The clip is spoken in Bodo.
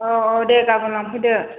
औ औ दे गाबोन लांफैदो